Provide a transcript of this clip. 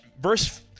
verse